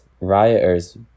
rioters